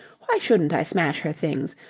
why shouldn't i smash her things?